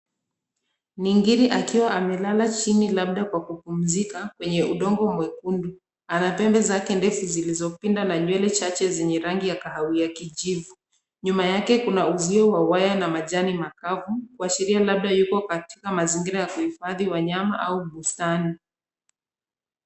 Ni ngiri akiwa amelala chini labda kwa kupumzika kwenye udongo mwekundu. Ana pembe zake ndefu zilizopinda na nywele zake zenye ragi ya kahawia na kijivu. Nyuma yake kuna uzio wa waya na majani makavu kuashiria labda katika mazingira ya kuhifadhi wanyama au bustani.